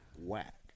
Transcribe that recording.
Whack